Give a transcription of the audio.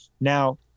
Now